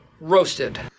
Roasted